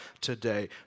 today